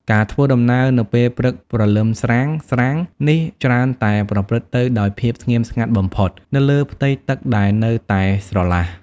ការធ្វើដំណើរនៅពេលព្រលឹមស្រាងៗនេះច្រើនតែប្រព្រឹត្តទៅដោយភាពស្ងៀមស្ងាត់បំផុតនៅលើផ្ទៃទឹកដែលនៅតែស្រឡះ។